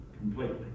Completely